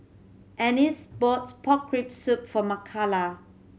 Ennis bought pork rib soup for Makala